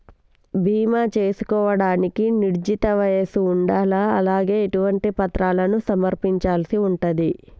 బీమా చేసుకోవడానికి నిర్ణీత వయస్సు ఉండాలా? అలాగే ఎటువంటి పత్రాలను సమర్పించాల్సి ఉంటది?